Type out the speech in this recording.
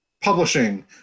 publishing